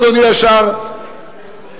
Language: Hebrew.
אדוני השר אדלשטיין?